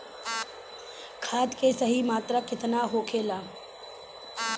खाद्य के सही मात्रा केतना होखेला?